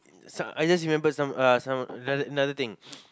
some I just remembered some uh some another another thing